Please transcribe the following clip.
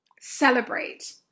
celebrate